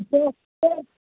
சரி சரி